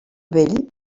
bell